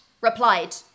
replied